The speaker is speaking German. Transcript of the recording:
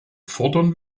fordern